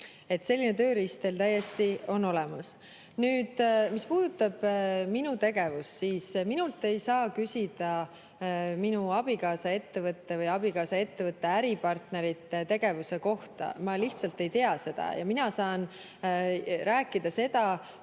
Selline tööriist teil täiesti on olemas. Nüüd, mis puudutab minu tegevust, siis minult ei saa küsida minu abikaasa ettevõtte või abikaasa ettevõtte äripartnerite tegevuse kohta. Ma lihtsalt ei tea seda. Mina saan rääkida seda,